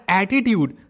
attitude